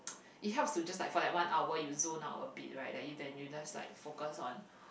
it helps to just like for that one hour you zone out a bit right like you then you just like focus on